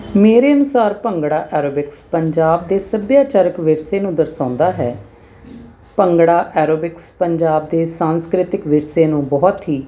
ਮੇਰੇ ਅਨੁਸਾਰ ਭੰਗੜਾ ਐਰੋਬਿਕਸ ਪੰਜਾਬ ਦੇ ਸੱਭਿਆਚਾਰਕ ਵਿਰਸੇ ਨੂੰ ਦਰਸਾਉਂਦਾ ਹੈ ਭੰਗੜਾ ਐਰੋਬਿਕਸ ਪੰਜਾਬ ਦੇ ਸੰਸਕ੍ਰਿਤਿਕ ਵਿਰਸੇ ਨੂੰ ਬਹੁਤ ਹੀ